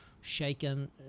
shaken